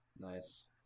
nice